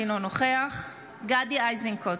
אינו נוכח גדי איזנקוט,